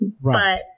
Right